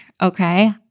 okay